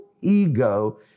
ego